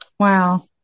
Wow